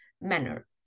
manner